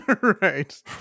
right